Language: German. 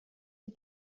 die